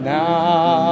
now